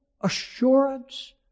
assurance